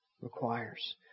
requires